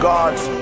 God's